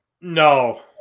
no